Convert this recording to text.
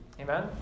Amen